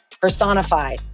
personified